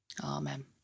Amen